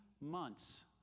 months